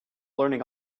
learning